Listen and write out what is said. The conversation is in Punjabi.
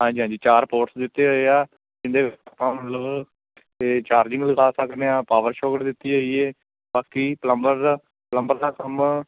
ਹਾਂਜੀ ਹਾਂਜੀ ਚਾਰ ਪੋਟਸ ਦਿੱਤੇ ਹੋਏ ਆ ਇਹਦੇ ਆਪਾਂ ਮਤਲਬ ਇੱਥੇ ਚਾਰਜਿੰਗ ਲਗਾ ਸਕਦੇ ਹਾਂ ਪਾਵਰ ਸਟੋਰਡ ਦਿੱਤੀ ਹੋਈ ਹੈ ਬਾਕੀ ਪਲੰਬਰ ਦਾ ਪਲੰਬਰ ਦਾ ਕੰਮ